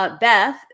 Beth